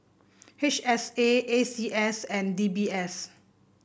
H S A A C S and D B S